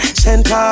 center